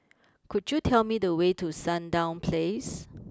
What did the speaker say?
could you tell me the way to Sandown place